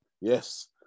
Yes